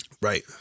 Right